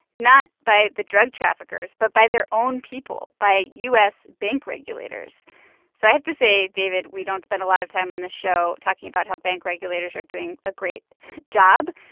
not by the drug traffickers but by their own people, by u s. bank regulators so i have to say, david, we don't spend a lot of time on the show talking about how bank regulators are doing a great job.